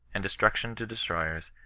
and destruction to destroyers,